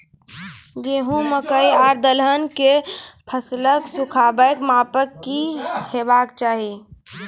गेहूँ, मकई आर दलहन के फसलक सुखाबैक मापक की हेवाक चाही?